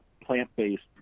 plant-based